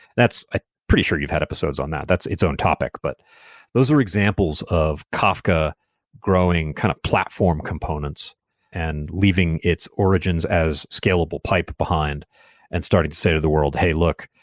ah pretty sure you've had episodes on that. that's its own topic, but those are examples of kafka growing kind of platform components and leaving its origins as scalable pipe behind and started to say to the world, hey, look.